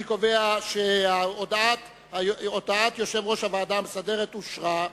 אני קובע שהודעת יושב-ראש הוועדה המסדרת אושרה.